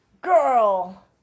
girl